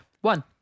one